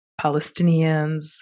Palestinians